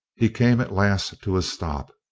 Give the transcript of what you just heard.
he came at last to a stop,